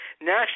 national